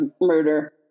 Murder